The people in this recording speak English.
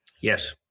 Yes